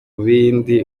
bindi